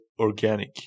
organic